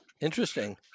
Interesting